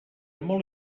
molt